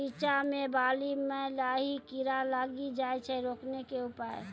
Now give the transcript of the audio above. रिचा मे बाली मैं लाही कीड़ा लागी जाए छै रोकने के उपाय?